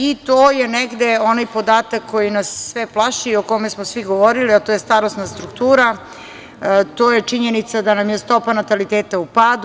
I to je negde onaj podatak koji nas sve plaši o kome smo svi govorili, a to je starosna struktura, to je činjenica da nam je stopa nataliteta u padu.